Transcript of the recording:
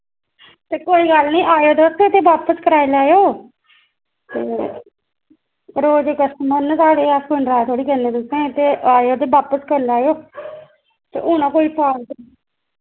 ते कोई गल्ल निं आयो तुस ते बापस कराई लैयो ते रोज दे कस्टमर न साढ़े अस कोई नराज थोह्ड़ी करने तुसैं ते आयो ते बापस कर लैयो ते होना कोई फाल्ट